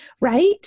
right